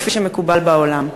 כפי שמקובל בעולם?